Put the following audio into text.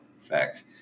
facts